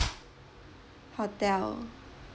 hotel